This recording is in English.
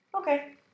Okay